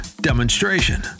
demonstration